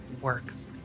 works